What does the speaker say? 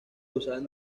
usaban